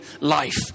life